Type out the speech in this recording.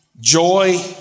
Joy